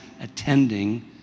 attending